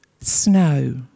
snow